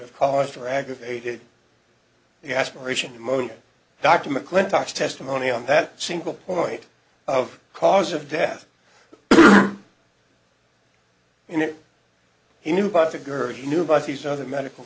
have cost for aggravated the aspiration pneumonia dr mcclintock testimony on that single point of cause of death you know he knew about the girl he knew about these other medical